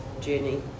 journey